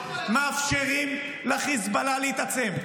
מאפשרים לחיזבאללה להתעצם.